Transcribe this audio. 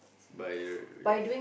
by uh uh